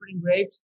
grapes